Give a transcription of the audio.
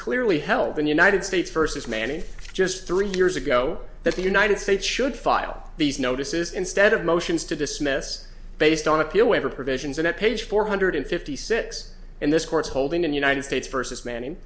clearly held in united states versus manning just three years ago that the united states should file these notices instead of motions to dismiss based on appeal waiver provisions and at page four hundred fifty six and this court's holding in united states versus manning